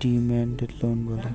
demand loan বলে